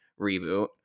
reboot